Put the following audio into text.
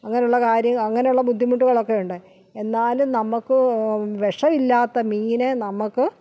അങ്ങനെ ഉള്ള കാര്യങ്ങൾ അങ്ങനെയുള്ള ബുദ്ധിമുട്ടുകളൊക്കെയുണ്ട് എന്നാലും നമുക്ക് വിഷമിലാത്ത മീന് നമുക്ക്